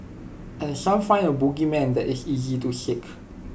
and some find A bogeyman that is easy to seek